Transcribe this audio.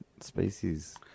species